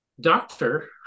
doctor